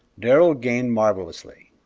darrell gained marvellously.